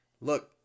look